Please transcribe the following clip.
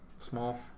small